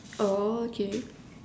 oh okay